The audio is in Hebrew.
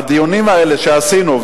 הדיונים האלה שעשינו,